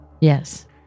Yes